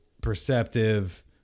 perceptive